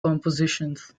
compositions